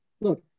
Look